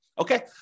Okay